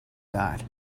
got